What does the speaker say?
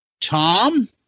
Tom